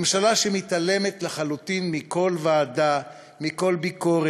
ממשלה שמתעלמת לחלוטין מכל ועדה ומכל ביקורת,